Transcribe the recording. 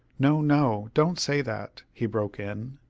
no, no! don't say that, he broke in.